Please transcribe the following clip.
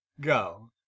Go